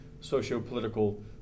socio-political